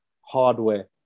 hardware